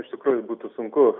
iš tikrųjų būtų sunku